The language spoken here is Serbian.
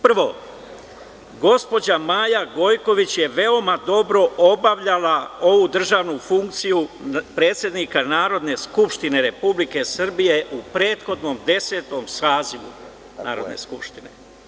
Prvo, gospođa Maja Gojković je veoma dobro obavljala ovu državnu funkciju predsednika Narodne skupštine Republike Srbije u prethodnom Desetom sazivu Narodne skupštine.